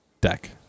deck